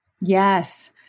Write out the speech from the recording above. Yes